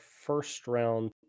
first-round